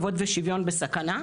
כבוד ושוויון בסכנה,